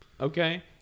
Okay